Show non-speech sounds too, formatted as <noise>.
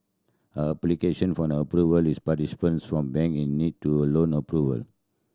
a application for an Approval in <unintelligible> from the bank is needed to loan approval